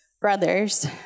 Brothers